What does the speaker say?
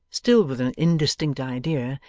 still with an indistinct idea,